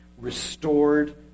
Restored